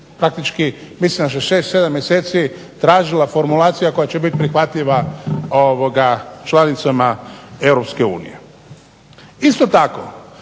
Faktički mislim da se 6, 7 mjeseci tražila formulacija koja će biti prihvatljiva članicama Europske